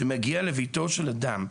שמגיעים לביתו של אדם,